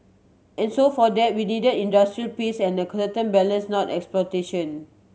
and so for that we needed industrial peace and a certain balance not exploitation